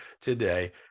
today